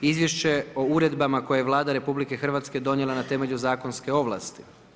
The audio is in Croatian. Izvješće o uredbama koje je Vlada RH donijela na temelju zakonske ovlasti.